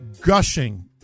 gushing